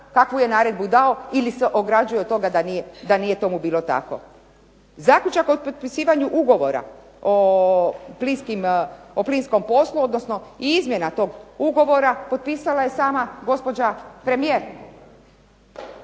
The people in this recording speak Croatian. kakvu je naredbu dao ili se ograđuje od toga da nije tomu bilo tako. Zaključak o potpisivanju ugovora o plinskom poslu odnosno i izmjena tog ugovora potpisala je sama gospođa premijer.